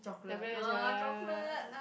W_H lor ya